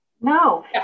No